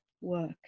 work